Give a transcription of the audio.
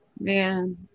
man